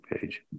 page